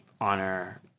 Honor